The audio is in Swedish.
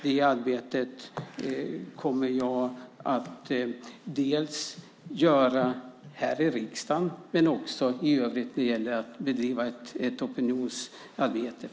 Det arbetet kommer jag att göra här i riksdagen men också i övrigt när det gäller att bedriva ett opinionsarbete.